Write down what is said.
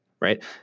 Right